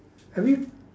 have you